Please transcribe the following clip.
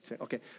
Okay